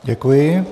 Děkuji.